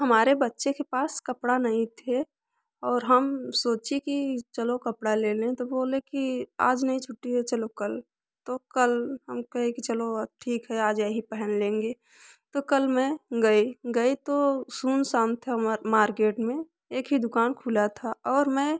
हमारे बच्चे के पास कपड़ा नही थे और हम सोचे कि चलो कपड़ा ले लें तो बोले कि आज नहीं छुट्टी है चलो कल तो कल हम कहे कि चलो ठीक है आज यही पहन लेंगे तो कल मैं गई गई तो सुनसान था मार्केट में एक ही दुकान खुला था और मैं